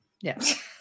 Yes